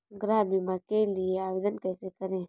गृह बीमा के लिए आवेदन कैसे करें?